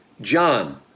John